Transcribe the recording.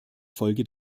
folge